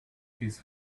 his